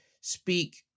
speak